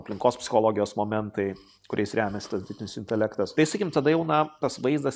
aplinkos psichologijos momentai kuriais remiasi tas dirbtinis intelektas tai sakykim tada jau na tas vaizdas